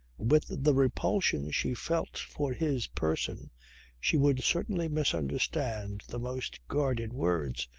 with the the repulsion she felt for his person she would certainly misunderstand the most guarded words,